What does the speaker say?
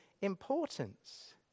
importance